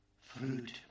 Fruit